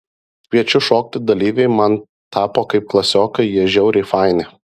kviečiu šokti dalyviai man tapo kaip klasiokai jie žiauriai faini